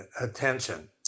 attention